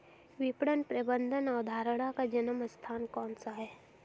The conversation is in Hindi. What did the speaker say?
विपणन प्रबंध अवधारणा का जन्म स्थान कौन सा है?